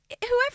Whoever